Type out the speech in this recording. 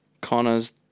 Connor's